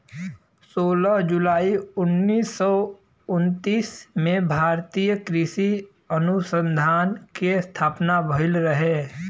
सोलह जुलाई उन्नीस सौ उनतीस में भारतीय कृषि अनुसंधान के स्थापना भईल रहे